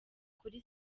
kuri